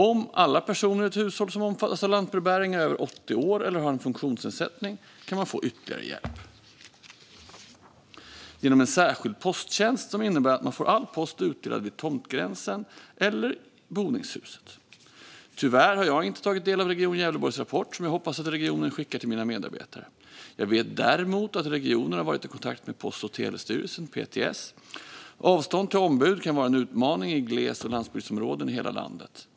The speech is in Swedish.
Om alla personer i ett hushåll som omfattas av lantbrevbäring är över 80 år eller har en funktionsnedsättning kan man få ytterligare hjälp genom en särskild posttjänst som innebär att man får all post utdelad vid tomtgränsen eller boningshuset. Tyvärr har jag inte tagit del av Region Gävleborgs rapport, som jag hoppas att regionen skickar till mina medarbetare. Jag vet däremot att regionen har varit i kontakt med Post och telestyrelsen, PTS. Avstånd till ombud kan vara en utmaning i gles och landsbygdsområden i hela landet.